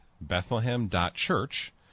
Bethlehem.church